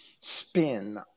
spin